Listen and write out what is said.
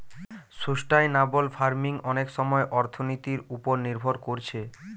sustainable farming অনেক সময় অর্থনীতির উপর নির্ভর কোরছে